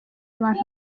abantu